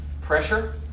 pressure